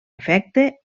efecte